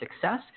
success